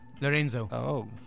Lorenzo